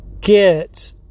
get